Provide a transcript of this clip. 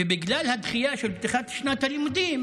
ובגלל הדחייה של פתיחת שנת הלימודים